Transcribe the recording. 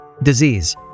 Disease